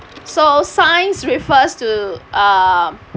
so science refers to um